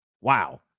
Wow